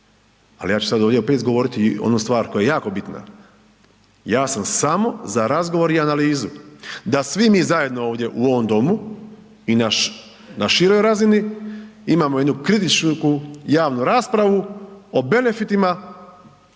ali ja ću sad ovdje opet izgovoriti onu stvar koja je jako bitna, ja sam samo za razgovor i analizu, da svi mi zajedno ovdje u ovom domu i na široj razini imamo jednu kritičku javnu raspravu o benefitima